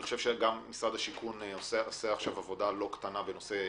אני חושב שהוא עושה עבודה לא קטנה בנושא השיפוצים.